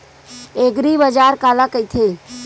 एग्रीबाजार काला कइथे?